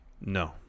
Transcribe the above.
No